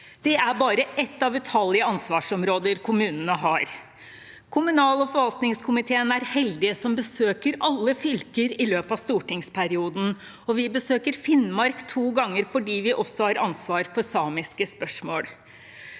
Det er bare ett av utallige ansvarsområder kommunene har. Kommunal- og forvaltningskomiteen er heldig som besøker alle fylker i løpet av stortingsperioden, og vi besøker Finnmark to ganger fordi vi også har ansvar for samiske spørsmål.